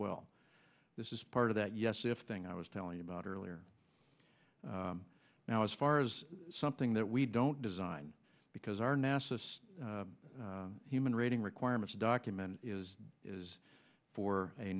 well this is part of that yes if thing i was telling about earlier now as far as something that we don't design because our nasa says human rating requirements document is as for a